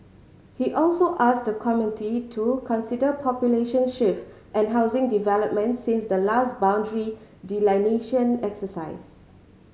he also asked the committee to consider population shift and housing developments since the last boundary delineation exercise